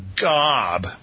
gob